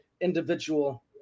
individual